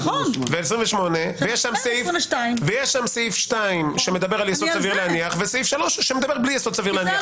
ויש שם סעיף 2 שמדבר על יסוד סעיף להניח וסעיף 3 שמדבר בלי יסוד סביר.